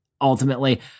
ultimately